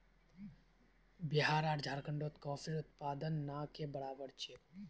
बिहार आर झारखंडत कॉफीर उत्पादन ना के बराबर छेक